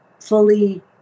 fully